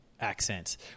accents